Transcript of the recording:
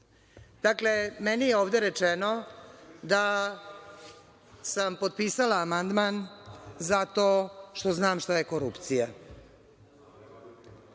nismo. Dakle, meni je ovde rečeno da sam potpisala amandman zato što znam šta je korupcija.